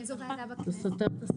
איזו ועדה בכנסת.